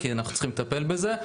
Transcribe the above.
אנחנו צריכים לטפל בזה.